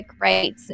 right